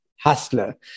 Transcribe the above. hustler